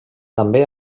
també